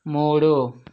మూడు